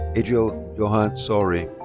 adriel johan sauri.